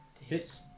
hits